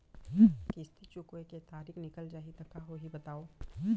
किस्ती चुकोय के तारीक निकल जाही त का होही बताव?